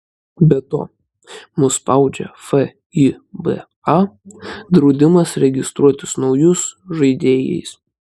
be to mus spaudžia fiba draudimas registruotis naujus žaidėjais